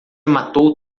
matou